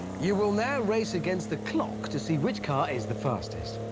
you will now race against the clock to see which car is the fastest.